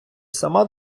сама